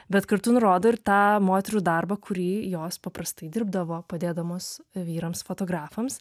bet kartu nurodo ir tą moterų darbą kurį jos paprastai dirbdavo padėdamos vyrams fotografams